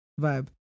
Vibe